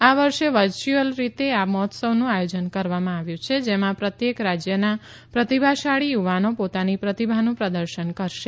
આ વર્ષે વર્ચ્યુઅલ રીતે આ મહોત્સવનું આયોજન કરવામાં આવ્યું છે જેમાં પ્રત્યેક રાજ્યના પ્રતિભાશાળી યુવાનો પોતાની પ્રતિભાનું પ્રદર્શન કરશે